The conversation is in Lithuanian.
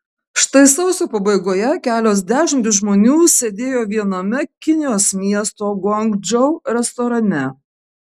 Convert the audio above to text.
štai sausio pabaigoje kelios dešimtys žmonių sėdėjo viename kinijos miesto guangdžou restorane